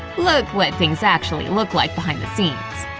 look what things actually look like behind the scenes!